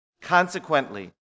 Consequently